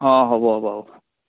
অ হ'ব হ'ব বাৰু